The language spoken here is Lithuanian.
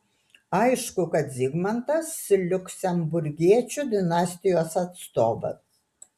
aišku kad zigmantas liuksemburgiečių dinastijos atstovas